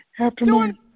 afternoon